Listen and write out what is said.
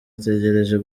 ategereje